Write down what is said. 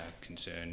concern